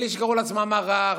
אלה שקראו לעצמם "מערך",